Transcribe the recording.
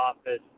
office